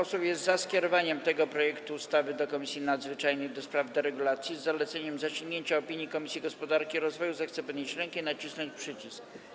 Kto z pań i panów posłów jest za skierowaniem tego projektu ustawy do Komisji Nadzwyczajnej do spraw deregulacji, z zaleceniem zasięgnięcia opinii Komisji Gospodarki i Rozwoju, zechce podnieść rękę i nacisnąć przycisk.